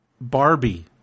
Barbie